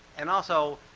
and also,